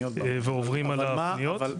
ועוברים על הפניות.